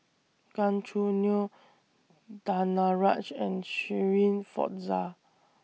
Gan Choo Neo Danaraj and Shirin Fozdar